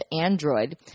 Android